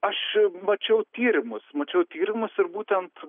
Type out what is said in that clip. aš mačiau tyrimus mačiau tyrimus ir būtent